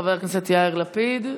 חבר הכנסת יאיר לפיד.